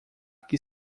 que